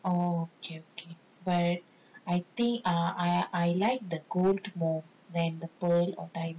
oh okay okay but I think err I like the gold more than the pearl or diamond